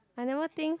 I never think